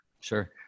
Sure